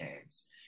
Games